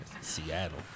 Seattle